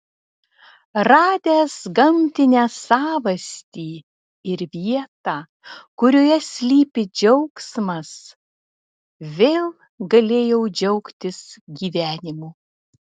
radęs gamtinę savastį ir vietą kurioje slypi džiaugsmas vėl galėjau džiaugtis gyvenimu